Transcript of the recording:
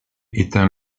éteint